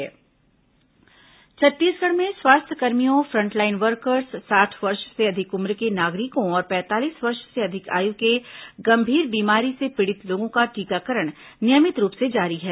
corona टीकाकरण छत्तीसगढ़ में स्वास्थ्यकर्मियों फ्रंटलाइन वर्कर्स साठ वर्ष से अधिक उम्र के नागरिकों और पैंतालीस वर्ष से अधिक आयु के गंभीर बीमारी से पीड़ित लोगों का टीकाकरण नियमित रूप से जारी है